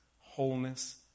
wholeness